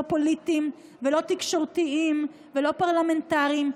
לא פוליטיים ולא תקשורתיים ולא פרלמנטריים,